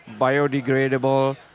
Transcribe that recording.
biodegradable